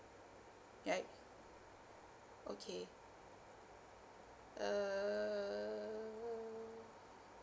right okay err